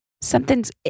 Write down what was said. something's